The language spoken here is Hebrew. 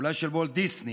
אולי של וולט דיסני,